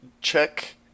check